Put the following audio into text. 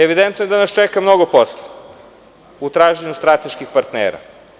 Evidentno je da nas čeka mnogo posla u traženju strateških partnera.